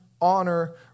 honor